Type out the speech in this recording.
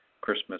Christmas